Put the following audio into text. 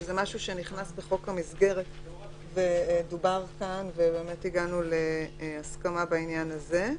שזה משהו שנכנס בחוק המסגרת ודובר כאן והגענו להסכמה בעניין הזה.